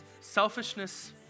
selfishness